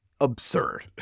Absurd